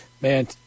man